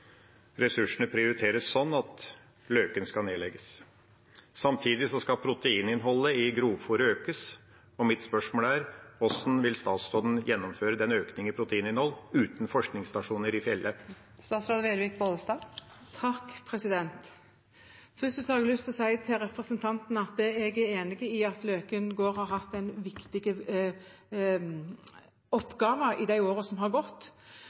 Løken skal nedlegges. Samtidig skal proteininnholdet i grovfôr økes. Mitt spørsmål er: Hvordan vil statsråden gjennomføre økningen i proteininnhold uten forskningsstasjoner i fjellet? Først har jeg lyst til å si til representanten at jeg er enig i at Løken gård har hatt en viktig oppgave i de årene som har gått.